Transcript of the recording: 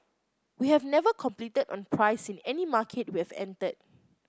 we have never competed on price in any market we have entered